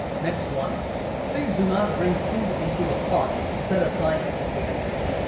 next one please do not bring food into the park, said a sign at the entrance.